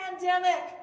pandemic